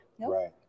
right